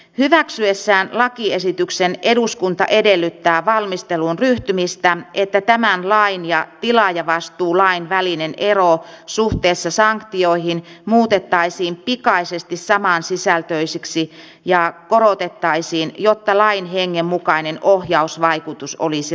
hyväksyessään lakiesityksen eduskunta edellyttää valmisteluun ryhtymistä että tämän lain ja tilaajavastuulain välinen ero suhteessa sanktioihin muutettaisiin pikaisesti samansisältöisiksi ja korotettaisiin jotta lain hengen mukainen ohjausvaikutus olisi riittävä